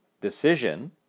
decision